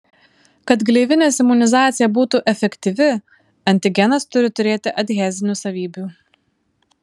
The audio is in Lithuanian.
kad gleivinės imunizacija būtų efektyvi antigenas turi turėti adhezinių savybių